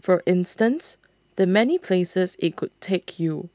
for instance the many places it could take you